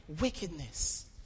wickedness